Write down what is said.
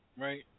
right